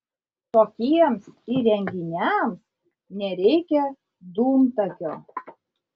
tokiems įrenginiams nereikia dūmtakio